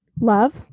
love